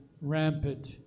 rampant